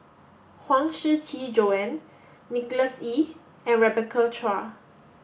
Huang Shiqi Joan Nicholas Ee and Rebecca Chua